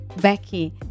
Becky